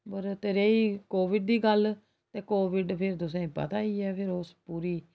ते रेही कोविड दी गल्ल ते कोविड फिर तुसें ई पता ई ऐ फिर उस पूरी